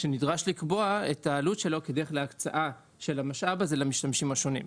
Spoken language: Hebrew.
ונדרש לקבוע את העלות שלו כדרך להקצאתו של המשאב הזה למשתמשים השונים.